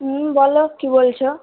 হুম বলো কী বলছো